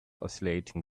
oscillating